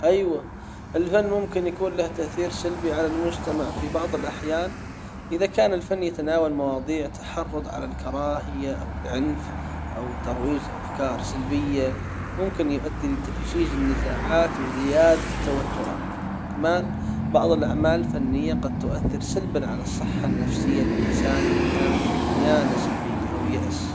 ايوه الفن ممكن يكون له تأثير سلبي على المجتمع في بعض الأحيان إذا كان الفن يتناول مواضيع تحرض على الكراهية أو العنف أو ترويج لأفكار سلبية ممكن يؤدي لتأجيج النزاعات وزيادة التوترات كمان بعض الأعمال الفنية قد تؤثر سلبا على الصحة النفسية للإنسان اذا كانت مليانة سلبية او يأس.